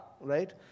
right